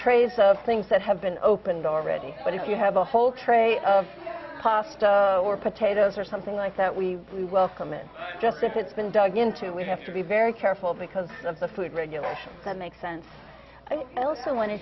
trays of things that have been opened already but if you have a whole tray of pasta or potatoes or something like that we welcome it just that it's been dug into we have to be very careful because of the food regulations that make sense i